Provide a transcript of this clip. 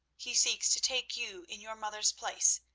he seeks to take you in your mother's place,